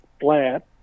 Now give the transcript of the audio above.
flat